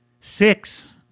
Six